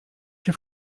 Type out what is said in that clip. się